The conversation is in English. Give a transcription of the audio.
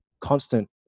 constant